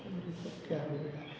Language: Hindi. ये सब क्या हो गया